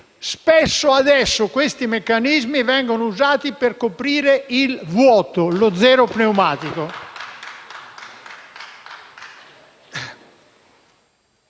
spesso adesso questi meccanismi vengono usati per coprire il vuoto, lo zero pneumatico.